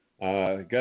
got